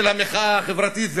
של המחאה החברתית,